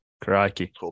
crikey